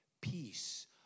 peace